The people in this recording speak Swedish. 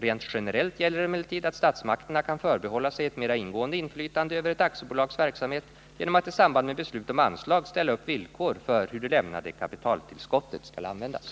Rent generellt gäller emellertid att statsmakterna kan förbehålla sig ett mera ingående inflytande över ett aktiebolags verksamhet genom att i samband med beslut om anslag ställa upp villkor för hur det lämnade kapitaltillskottet skall användas.